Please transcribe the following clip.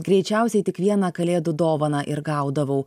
greičiausiai tik vieną kalėdų dovaną ir gaudavau